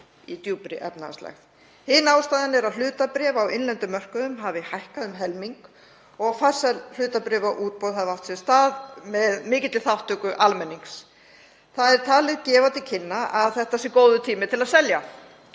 í djúpri efnahagslægð. Í öðru lagi að hlutabréf á innlendum mörkuðum hafi hækkað um helming og farsæl hlutabréfaútboð hafi átt sér stað með mikilli þátttöku almennings. Það er talið gefa til kynna að nú sé góður tími til að selja.